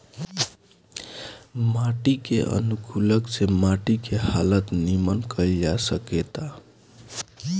माटी के अनुकूलक से माटी के हालत निमन कईल जा सकेता